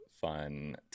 fun